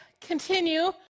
continue